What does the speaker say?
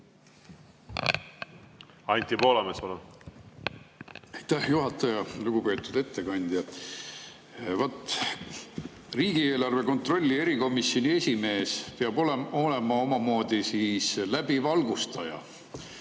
Anti Poolamets, palun! Aitäh, juhataja! Lugupeetud ettekandja! Riigieelarve kontrolli erikomisjoni esimees peab olema omamoodi läbivalgustaja.